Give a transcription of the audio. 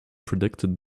predicted